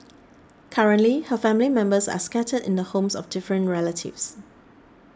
currently her family members are scattered in the homes of different relatives